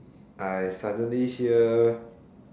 I suddenly hear